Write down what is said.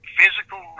physical